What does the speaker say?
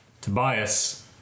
Tobias